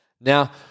Now